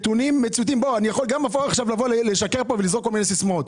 אני גם יכול לשקר ולזרוק כל מיני סיסמאות.